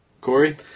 Corey